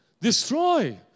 Destroy